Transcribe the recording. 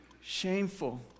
shameful